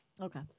Okay